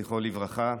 זכרו לברכה,